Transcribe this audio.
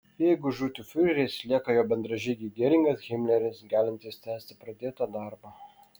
jeigu žūtų fiureris lieka jo bendražygiai geringas himleris galintys tęsti pradėtą darbą